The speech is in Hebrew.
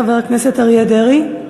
חבר הכנסת אריה דרעי,